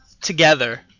together